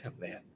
Man